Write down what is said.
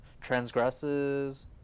transgresses